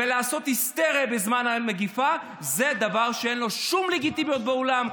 ולעשות היסטריה בזמן המגפה זה דבר שאין לו שום לגיטימיות בעולם.